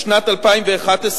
בשנת 2011,